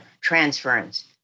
transference